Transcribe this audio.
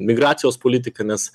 migracijos politiką nes